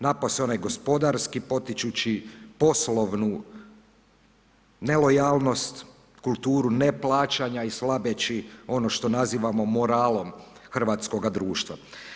Napose onaj gospodarski potičući poslovnu nelojalnost, kulturu neplaćanja i slabeći ono što nazivamo moralom hrvatskog društva.